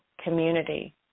community